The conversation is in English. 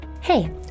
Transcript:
Hey